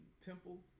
temple